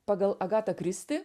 pagal agatą kristi